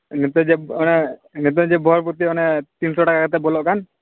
ᱱᱮᱛᱟᱨ ᱡᱮ ᱚᱱᱮ ᱱᱮᱛᱟᱨ ᱡᱮ ᱵᱷᱚᱨᱛᱩᱠᱤ ᱚᱱᱮ ᱛᱤᱱᱥᱚ ᱴᱟᱠᱟ ᱠᱟᱛᱮᱫ ᱵᱚᱞᱚᱜ ᱠᱟᱱ